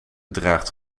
draagt